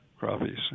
crappies